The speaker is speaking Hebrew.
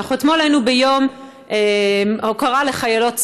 אתמול אנחנו היינו ביום הוקרה לחיילות צה"ל,